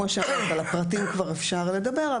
כמו שאמרת, אפשר לדבר על הפרטים.